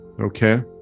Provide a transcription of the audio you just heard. Okay